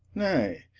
nay,